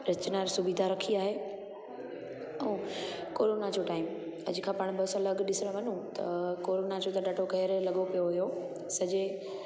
रचना सुविधा रखी आहे ऐं कोरोना जो टाइम अॼु खां पाण ॿ साल अॻु ॾिसणु वञू त कोरोना जो त ॾाढो कहर लॻो पियो हुयो सॼे